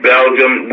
Belgium